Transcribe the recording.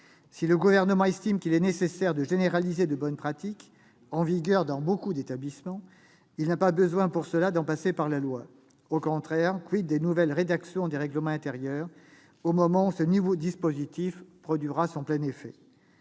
Si le Gouvernement estime qu'il est nécessaire de généraliser de bonnes pratiques en vigueur dans de nombreux établissements, il n'a pas besoin, pour cela, d'en passer par la loi. Au contraire, des nouvelles rédactions des règlements intérieurs au moment où ce nouveau dispositif produira son plein effet ?